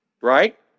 right